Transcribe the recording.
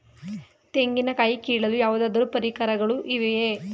ತೆಂಗಿನ ಕಾಯಿ ಕೀಳಲು ಯಾವುದಾದರು ಪರಿಕರಗಳು ಇವೆಯೇ?